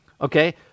okay